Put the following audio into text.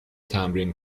تمرین